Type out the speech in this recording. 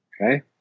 Okay